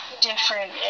different